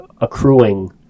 accruing